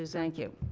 ah thank you.